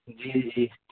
جی جی